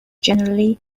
generally